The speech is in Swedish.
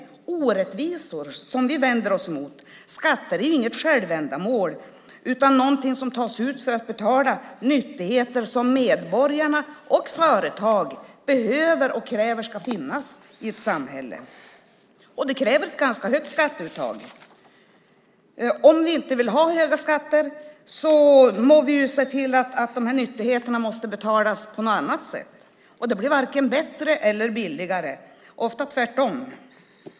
Det är orättvisor som vi vänder oss emot. Skatter är ju inget självändamål utan något som tas ut för att betala nyttigheter som medborgare och företag behöver och kräver ska finnas i ett samhälle. Det kräver ett ganska högt skatteuttag. Om vi inte vill ha höga skatter må vi se till att de nyttigheterna betalas på något annat sätt. Det blir inte bättre eller billigare - ofta tvärtom.